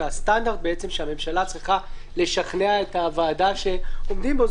והסטנדרט שהממשלה צריכה לשכנע את הוועדה שעומדים בו,